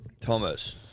Thomas